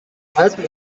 alten